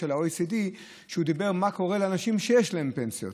של ה-OECD על מה שקורה לאנשים שיש להם פנסיות.